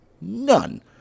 None